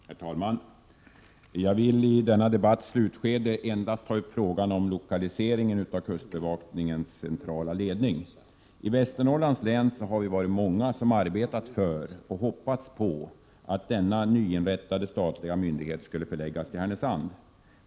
Herr talman! Jag vill i denna debatts slutskede endast ta upp frågan om lokaliseringen av kustbevakningens centrala ledning. I Västernorrlands län är vi många som har arbetat för — och som har hoppats på — att denna nyinrättade statliga myndighet skulle förläggas till Härnösand.